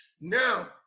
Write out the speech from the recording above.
now